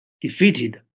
defeated